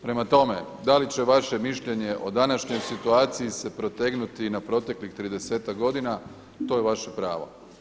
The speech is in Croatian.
Prema tome, da li će vaše mišljenje o današnjoj situaciji se protegnuti i na proteklih tridesetak godina to je vaše pravo.